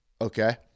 Okay